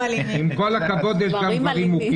עם כל הכבוד, יש גם גברים מוכים.